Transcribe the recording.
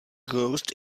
ghost